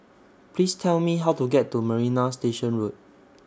Please Tell Me How to get to Marina Station Road